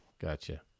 gotcha